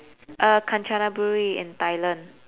uh kanchanaburi in thailand